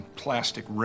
plastic